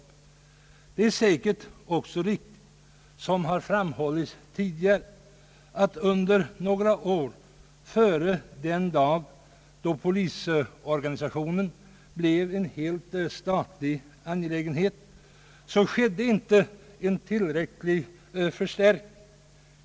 Säkert är det emellertid också riktigt, som har framhållits tidigare, att det under några år före den dag då polisorganisationen blev helt statlig inte skedde en tillräcklig förstärkning.